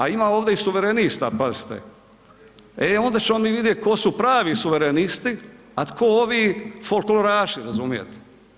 A ima ovdje i suverenista pazite, e onda ćemo mi vidjeti tko su pravi suverenisti, a tko ovi folkloraši razumijete.